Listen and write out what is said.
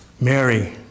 Mary